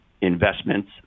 investments